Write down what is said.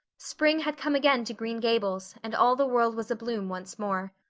spring had come again to green gables and all the world was abloom once more.